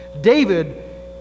David